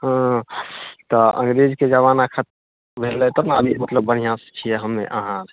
हँ तऽ अंग्रेजके जमाना खतम भेलय तऽ अभी मतलब बढ़िऑं से छियै हम अहाँ